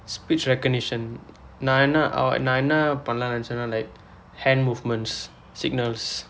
speech recognition நான் என்ன நான் என்ன பண்ணலாம்னு நினைத்தேனா:naan enna naan enna pannalaamnu ninaitheenaa hand movements signals